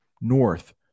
north